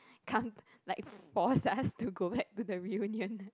come like force us to go back to the reunion